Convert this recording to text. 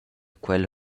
quella